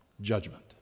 judgment